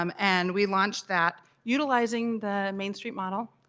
um and we launched that utilizing the main street model,